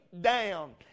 down